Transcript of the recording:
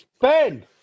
Ben